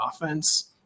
offense